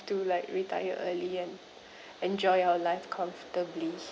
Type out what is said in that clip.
to like retire early and enjoy our life comfortably